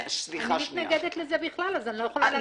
אני מתנגדת לזה בכלל, אז אני לא יכולה להציע.